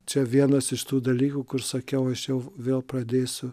čia vienas iš tų dalykų kur sakiau aš jau vėl pradėsiu